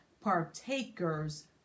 partakers